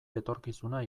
etorkizuna